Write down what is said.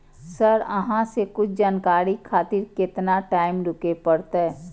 Sir अहाँ से कुछ जानकारी खातिर केतना टाईम रुके परतें?